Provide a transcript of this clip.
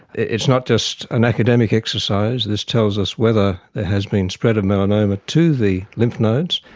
it's not just an academic exercise, this tells us whether there has been spread of melanoma to the lymph nodes,